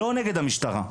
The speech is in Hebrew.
לא נגד המשטרה.